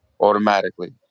automatically